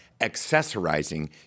accessorizing